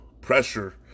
Pressure